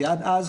כי עד אז,